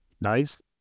nice